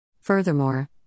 Furthermore